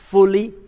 Fully